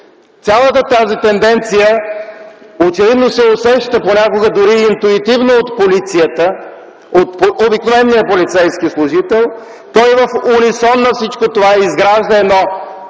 Цялата тази тенденция очевидно се усеща, понякога дори интуитивно от полицията, от обикновения полицейски служител. В унисон на всичко това той изгражда едно